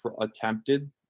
attempted